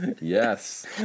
Yes